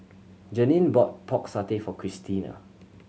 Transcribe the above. Jeannine bought Pork Satay for Cristina